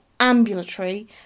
ambulatory